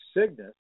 Cygnus